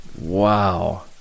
Wow